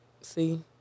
see